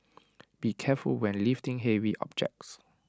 be careful when lifting heavy objects